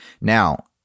now